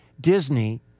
Disney